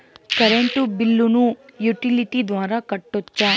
Current బిల్లును utility ద్వారా కట్టొచ్చా?